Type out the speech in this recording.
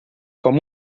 com